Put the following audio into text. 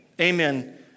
Amen